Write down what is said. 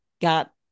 got